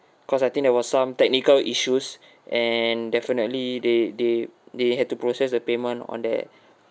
because I think there was some technical issues and definitely they they they had to process the payment on that